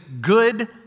good